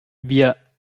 wir